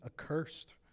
accursed